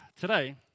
today